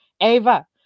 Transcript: Ava